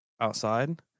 outside